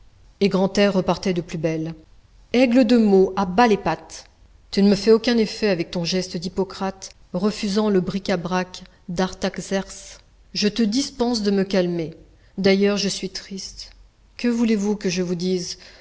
et grantaire repartait de plus belle aigle de meaux à bas les pattes tu ne me fais aucun effet avec ton geste d'hippocrate refusant le bric-à-brac d'artaxerce je te dispense de me calmer d'ailleurs je suis triste que voulez-vous que je vous dise